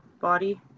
body